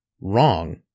wrong